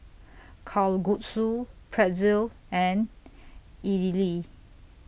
Kalguksu Pretzel and Idili